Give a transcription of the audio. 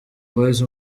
boys